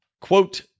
Quote